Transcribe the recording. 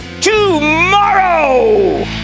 tomorrow